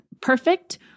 perfect